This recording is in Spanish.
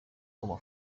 como